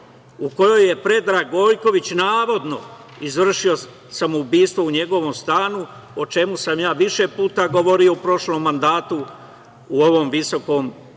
u kojoj je Predrag Gojković navodno izvršio samoubistvo u njegovom stanu, o čemu sam ja više puta govorio u prošlom mandatu u ovom visokom domu,